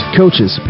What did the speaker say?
coaches